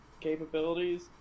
capabilities